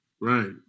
right